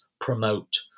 promote